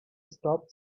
stop